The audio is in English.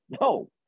no